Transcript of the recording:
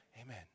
Amen